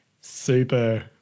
super